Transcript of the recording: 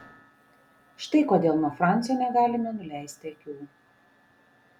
štai kodėl nuo fransio negalime nuleisti akių